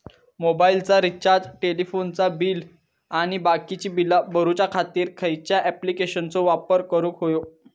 मोबाईलाचा रिचार्ज टेलिफोनाचा बिल आणि बाकीची बिला भरूच्या खातीर खयच्या ॲप्लिकेशनाचो वापर करूक होयो?